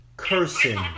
Cursing